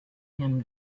him